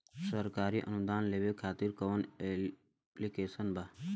सरकारी अनुदान लेबे खातिर कवन ऐप्लिकेशन बा?